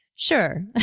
Sure